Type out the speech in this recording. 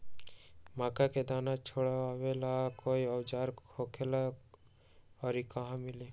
मक्का के दाना छोराबेला कोई औजार होखेला का और इ कहा मिली?